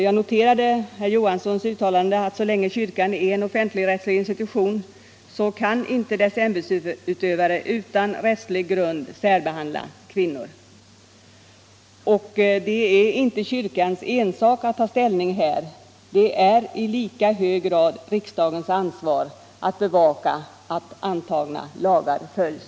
Jag noterade herr Johanssons i Trollhättan uttalande att så länge kyrkan är en offentligrättslig institution så kan inte dess ämbetsmän utan rättslig grund särbehandla kvinnor. Och det är inte kyrkans ensak att ta ställning här — det är i lika hög grad riksdagens ansvar att bevaka att antagna lagar följs.